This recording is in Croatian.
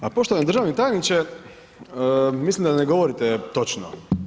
Pa poštovani državni tajniče, mislim da ne govorite točno.